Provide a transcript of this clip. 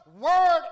word